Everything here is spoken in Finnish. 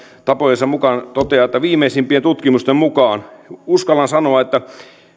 tapojensa mukaan toteaa että viimeisimpien tutkimusten mukaan uskallan sanoa että